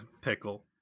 pickle